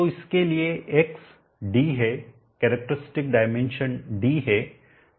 तो इसके लिए X d है कैरेक्टरस्टिक डाइमेंशन d है